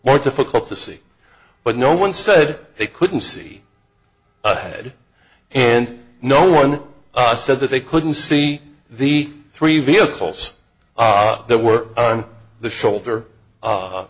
or difficult to see but no one said they couldn't see ahead and no one said that they couldn't see the three vehicles that were on the shoulder